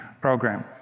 program